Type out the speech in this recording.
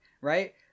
right